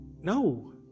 no